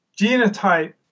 genotype